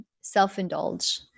Self-indulge